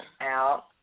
out